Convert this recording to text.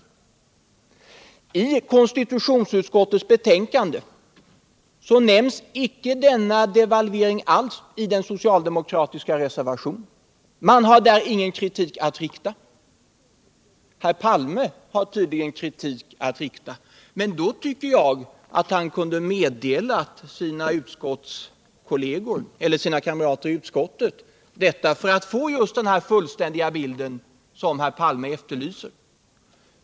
I den socialdemokratiska reservationen till konstitutionsutskottets betänkande nämns denna devalvering icke alls. Där har man ingen kritik att framföra. Men herr Palme har tydligen kritik att framföra. Men då tycker jag att herr Palme kunde meddela sina kamrater i utskottet detta för att de skall få den fullständiga bild som han efterlyser.